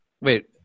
Wait